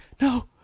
no